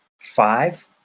five